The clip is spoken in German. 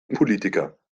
politiker